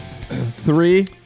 Three